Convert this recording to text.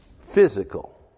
physical